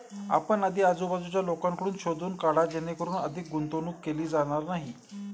आपण आधी आजूबाजूच्या लोकांकडून शोधून काढा जेणेकरून अधिक गुंतवणूक केली जाणार नाही